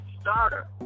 starter